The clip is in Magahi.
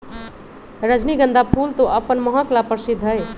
रजनीगंधा फूल तो अपन महक ला प्रसिद्ध हई